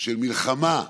של מלחמה,